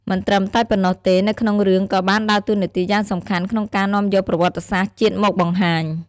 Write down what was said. មិនត្រឹមតែប៉ុណ្ណោះទេ នៅក្នុងរឿងក៏បានដើរតួរនាទីយ៉ាងសំខាន់ក្នុងការនាំយកប្រវត្តិសាស្ត្រជាតិមកបង្ហាញ ។